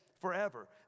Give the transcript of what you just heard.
forever